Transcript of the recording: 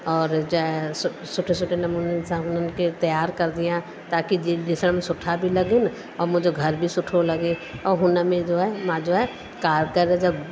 और जा सु सुठे सुठे नमूने सां उन्हनि खे तयार कंदी आहियां ताकि जो ॾिसण में सुठा बि लॻनि और मुंहिंजो घर बि सुठो लॻे ऐं हुन में जो आहे मांजो आहे काॻर जा